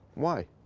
why?